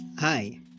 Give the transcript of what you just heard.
Hi